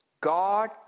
God